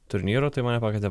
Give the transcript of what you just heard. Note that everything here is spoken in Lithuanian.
turnyrų tai mane pakvietė